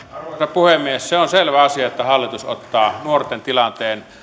puhemies se on selvä asia että hallitus ottaa nuorten tilanteen